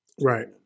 Right